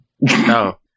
No